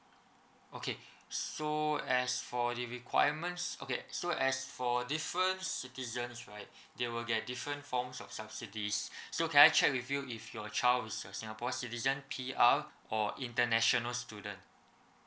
okay so as for the requirements okay so as for different citizens right they will get different forms of subsidies so can I check with you if your child is a singapore citizen P_R or international student